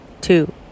two